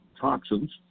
toxins